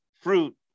fruit